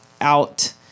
out